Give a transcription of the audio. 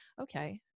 Okay